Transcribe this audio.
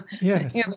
Yes